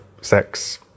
sex